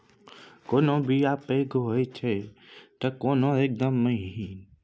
कोनो बीया पैघ होई छै तए कोनो एकदम महीन